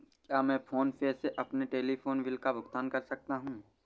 क्या मैं PhonePe से अपने टेलीफोन बिल का भुगतान कर सकता हूँ?